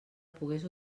pogués